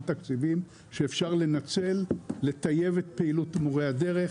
תקציבים שאפשר לנצל לטייב את פעילות מורי הדרך,